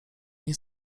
jej